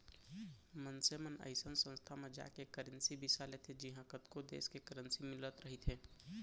मनसे मन अइसन संस्था म जाके करेंसी बिसा लेथे जिहॉं कतको देस के करेंसी मिलत रहिथे